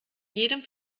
jedem